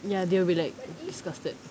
ya they'll be like disgusted